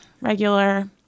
regular